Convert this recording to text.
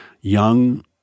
young